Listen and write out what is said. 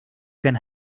can